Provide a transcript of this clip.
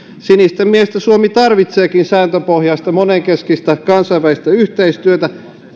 sinisten mielestä suomi tarvitseekin sääntöpohjaista monenkeskistä kansainvälistä yhteistyötä